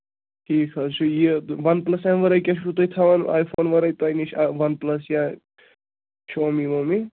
ٹھیٖک حظ چھُ یہِ وَن پٕلَس اَمہِ وَرٲے کیٛاہ چھُو تُہۍ تھاوان آی فون وَرٲے تۄہہِ نِش وَن پٕلَس یا شومی وومی